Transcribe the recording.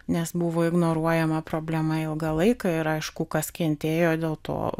nes buvo ignoruojama problema ilgą laiką ir aišku kas kentėjo dėl to